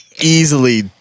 easily